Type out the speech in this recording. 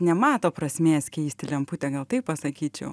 nemato prasmės keisti lemputę gal taip pasakyčiau